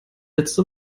letzte